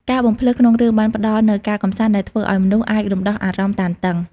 ការបំផ្លើសក្នុងរឿងបានផ្តល់នូវការកម្សាន្តដែលធ្វើឲ្យមនុស្សអាចរំដោះអារម្មណ៍តានតឹង។